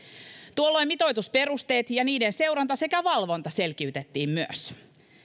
tuolloin mitoitusperusteita ja ja niiden seurantaa sekä valvontaa selkiytettiin myös